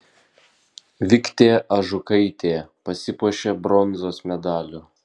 viktė ažukaitė pasipuošė bronzos medaliu